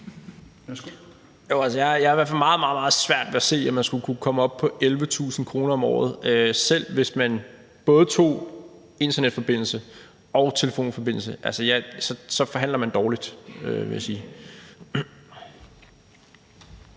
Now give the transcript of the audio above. jeg har i hvert fald meget, meget svært ved at se, at man skulle kunne komme op på 11.000 kr. om året, selv hvis man tog både internetforbindelse og telefonforbindelse, altså, så forhandler man dårligt,